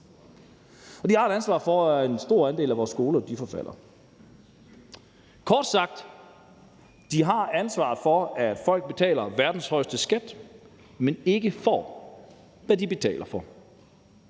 og de har et ansvar for, at en stor andel af vores skoler forfalder. Kort sagt har de ansvaret for, at folk betaler verdens højeste skat, men ikke får, hvad de betaler for.